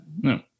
No